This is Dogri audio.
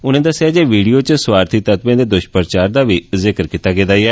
उनें दस्सेआ जे विडियो च स्वार्थी तत्वें दे दुश्टप्रचार दा बी जिक्र कीता गेदा ऐ